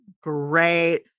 great